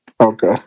okay